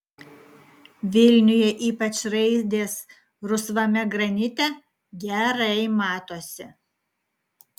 vilniuje ypač raidės rusvame granite gerai matosi